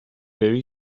very